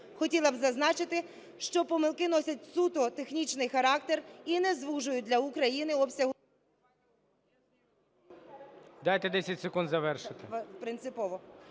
Хотіла б зазначити, що помилки носять суто технічний характер і не звужують для України обсягу… ГОЛОВУЮЧИЙ. Дайте 10 секунд завершити.